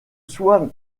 soi